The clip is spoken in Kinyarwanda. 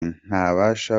ntabasha